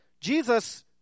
Jesus